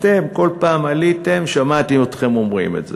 אתם, כל פעם עליתם, שמעתי אתכם אומרים את זה,